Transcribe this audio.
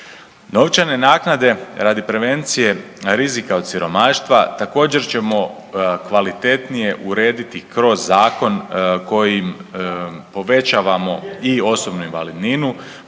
Novčane naknade radi prevencije rizika od siromaštva također ćemo kvalitetnije urediti kroz zakon kojim povećavamo i osobnu invalidninu,